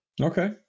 Okay